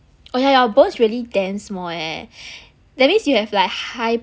oh yeah your bones really damn small eh that means you have like high